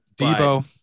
Debo